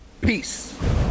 Peace